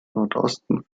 nordosten